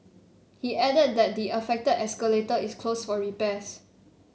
he added that the affected escalator is closed for repairs